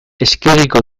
eskegiko